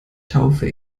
taufe